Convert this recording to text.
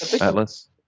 Atlas